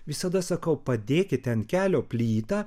visada sakau padėkite ant kelio plytą